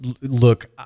look